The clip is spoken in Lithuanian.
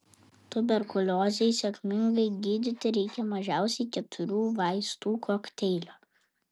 tuberkuliozei sėkmingai gydyti reikia mažiausiai keturių vaistų kokteilio